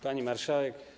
Pani Marszałek!